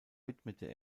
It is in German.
widmete